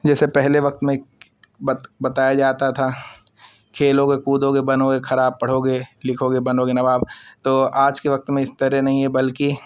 جیسے پہلے وقت میں بتایا جاتا تھا کھیلو گے کودو گے بنوگے خراب پڑھو گے لکھو گے بنو گے نواب تو آج کے وقت میں اس طرح نہیں ہے بلکہ